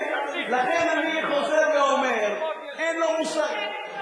תמשיך, לכן אני חוזר ואומר, אין לו מושג.